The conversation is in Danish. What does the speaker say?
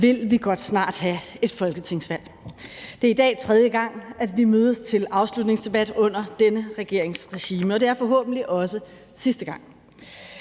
vil vi godt snart have et folketingsvalg. Det er i dag tredje gang, vi mødes til afslutningsdebat under denne regerings regime, og det er forhåbentlig også sidste gang.